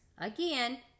again